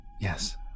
Yes